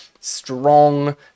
strong